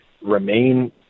remain